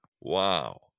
Wow